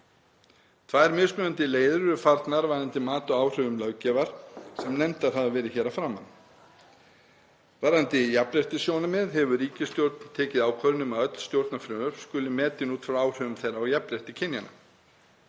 Tvær mismunandi leiðir eru farnar varðandi mat á áhrifum löggjafar sem nefndar hafa verið hér að framan. Varðandi jafnréttissjónarmið hefur ríkisstjórnin tekið ákvörðun um að öll stjórnarfrumvörp skuli metin út frá áhrifum þeirra á jafnrétti kynjanna.